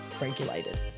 regulated